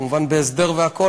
כמובן בהסדר והכול,